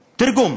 העצמאות: